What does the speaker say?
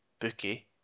bookie